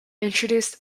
introduced